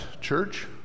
Church